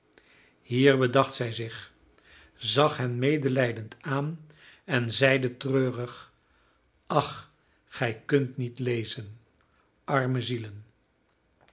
hier bedacht zij zich zag hen medelijdend aan en zeide treurig ach gij kunt niet lezen arme zielen